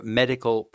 medical